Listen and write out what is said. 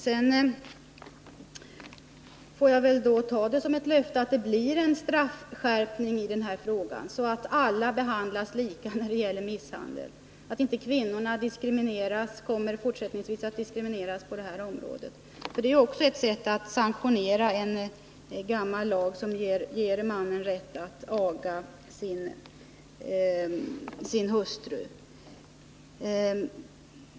Sedan får jag väl ta det som ett löfte att det blir en straffskärpning i detta fall, så att alla behandlas lika då det gäller misshandel och att inte kvinnorna fortsättningsvis kommer att diskrimineras på det här området. Annars blir det ett sätt att sanktionera en gammal lag som ger mannen rätt att aga sin hustru.